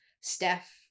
Steph